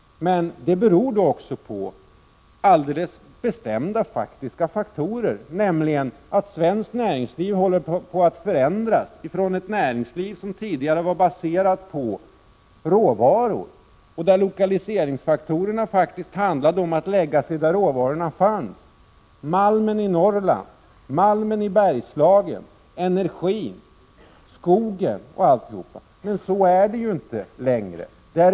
Omvandlingen beror på att svenskt näringsliv håller på att förändras från ett näringsliv som tidigare var baserat på råvaror. Lokaliseringen skulle ske där råvarorna fanns. Det gällde malmen i Norrland, malmen i Bergslagen, energin och skogen. Men så är det ju inte längre.